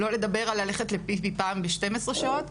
לא לדבר ללכת לפיפי פעם ב-12 שעות.